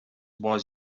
was